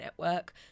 network